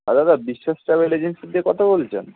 হ্যাঁ দাদা বিশ্বাস ট্রাভেল এজেন্সির দিয়ে কথা বলছেন